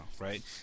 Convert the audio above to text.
right